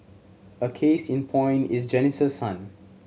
a case in point is Janice's son